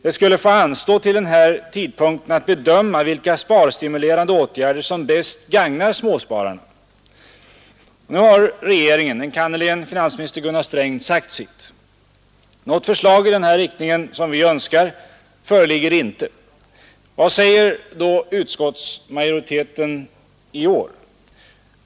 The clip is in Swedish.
Det skulle få anstå till den här tidpunkten att bedöma vilka sparstimulerande åtgärder som bäst gagnar småspararna. Nu har regeringen, enkannerligen finansminister Gunnar Sträng, sagt sitt. Något förslag i den riktning som vi önskat föreligger inte. Vad säger då utskottsmajoriteten i år?